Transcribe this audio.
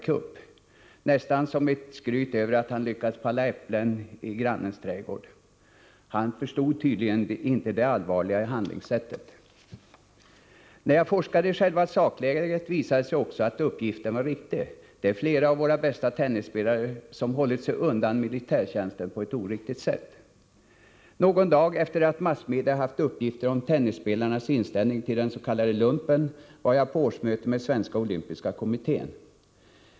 kupp, nästan som skryt över att han lyckats ”palla” äpplen i grannens trädgård. Han förstod tydligen inte det allvarliga i handlingssättet. När jag forskade i själva sakläget visade det sig också att uppgiften var riktig; flera av våra bästa tennisspelare har hållit sig undan militärtjänsten på ett oriktigt sätt. Någon dag efter det att massmedia presenterat uppgifter om tennisspelarnas inställning till den s.k. lumpen var jag på årsmöte med Svenska olympiska kommittén.